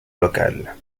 locale